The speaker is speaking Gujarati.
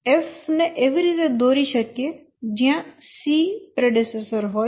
F ને એવી રીતે દોરી શકીએ જયાં C પ્રેડેસેસર હોય